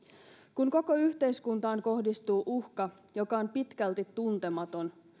kun koko yhteiskuntaan kohdistuu uhka joka on pitkälti tuntematon